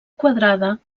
quadrada